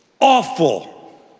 awful